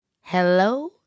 Hello